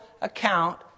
account